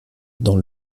dans